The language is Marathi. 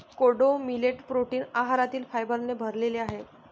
कोडो मिलेट प्रोटीन आहारातील फायबरने भरलेले आहे